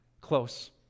close